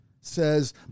says